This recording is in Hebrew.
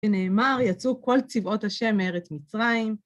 ונאמר יצאו כל צבאות השם מארץ מצרים.